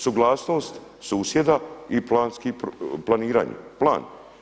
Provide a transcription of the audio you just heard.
Suglasnost susjeda i planski, planiranje, plan.